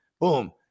boom